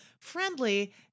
friendly